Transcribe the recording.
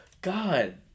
God